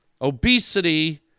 obesity